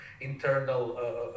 internal